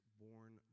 born